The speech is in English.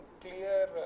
clear